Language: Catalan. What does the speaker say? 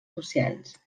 socials